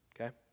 okay